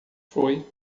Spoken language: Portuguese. foi